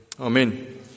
Amen